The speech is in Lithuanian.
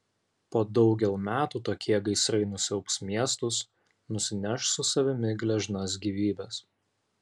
po daugel metų tokie gaisrai nusiaubs miestus nusineš su savimi gležnas gyvybes